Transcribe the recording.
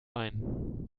ein